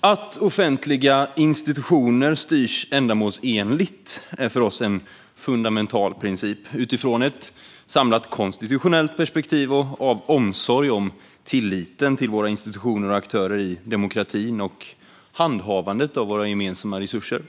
Att offentliga institutioner styrs ändamålsenligt är för oss en fundamental princip utifrån ett samlat konstitutionellt perspektiv och av omsorg om tilliten till våra institutioner och aktörer i demokratin och handhavandet av våra gemensamma resurser.